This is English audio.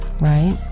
right